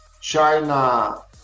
china